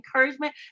encouragement